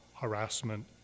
harassment